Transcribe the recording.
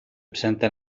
presenta